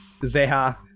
Zeha